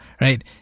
right